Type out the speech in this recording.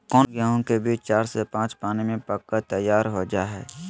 कौन गेंहू के बीज चार से पाँच पानी में पक कर तैयार हो जा हाय?